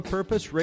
Purpose